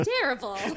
terrible